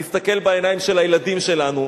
להסתכל בעיניים של הילדים שלנו,